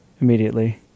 immediately